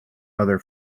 other